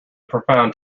profound